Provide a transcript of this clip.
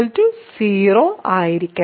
r0 ആയിരിക്കണം